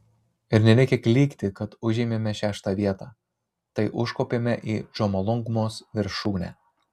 ir nereikia klykti kad užėmėme šeštą vietą tai užkopėme į džomolungmos viršūnę